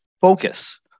focus